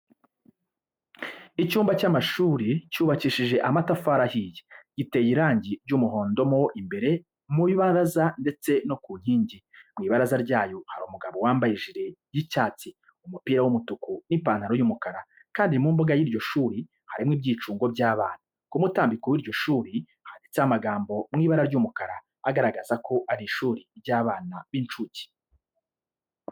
Icyumba cy'amashuri cyubakishije amatafari ahiye, giteye irange ry'umuhondo mo imbere mu ibaraza ndetse no ku nkingi. Mu ibaraza ryayo hari umugabo wambaye ijire y'icyatsi, umupira w'umutuku n'ipantaro y'umukara kandi mu mbuga y'iryo shuri harimo ibyicungo by'abana. Ku mutambiko w'iryo shuri handitseho amagambo mu ibara ry'umukara agaragaza ko ari ishuri ry'abana b'incuke.